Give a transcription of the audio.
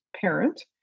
parent